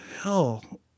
hell